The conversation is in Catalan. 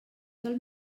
del